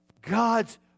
God's